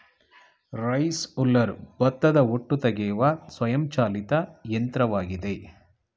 rice huller ಭತ್ತದ ಹೊಟ್ಟು ತೆಗೆಯುವ ಸ್ವಯಂ ಚಾಲಿತ ಯಂತ್ರವಾಗಿದೆ